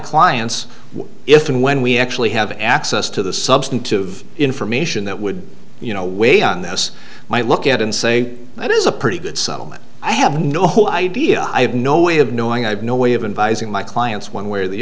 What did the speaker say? clients if and when we actually have access to the substantive information that would you know weigh on this might look at and say that is a pretty good settlement i have no whole idea i have no way of knowing i have no way of inviting my clients one way or the